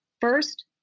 first